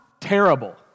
terrible